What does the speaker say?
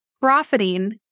profiting